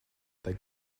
that